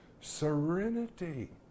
serenity